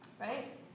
right